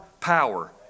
power